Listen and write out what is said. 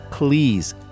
please